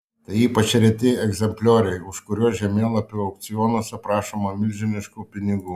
tai ypač reti egzemplioriai už kuriuos žemėlapių aukcionuose prašoma milžiniškų pinigų